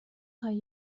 خوای